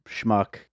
schmuck